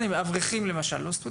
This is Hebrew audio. אברכים למשל לא סטודנטים.